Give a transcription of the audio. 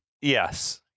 yes